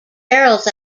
barrels